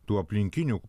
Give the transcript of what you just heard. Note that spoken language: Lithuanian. tų aplinkinių